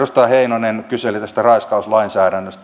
edustaja heinonen kyseli tästä raiskauslainsäädännöstä